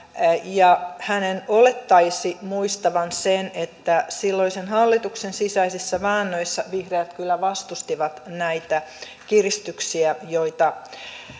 ja hänen olettaisi muistavan sen että silloisen hallituksen sisäisissä väännöissä vihreät kyllä vastustivat näitä kiristyksiä joita